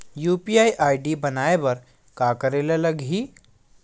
UPI ID बनाये बर का करे ल लगही?